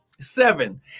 seven